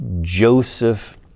Joseph